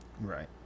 right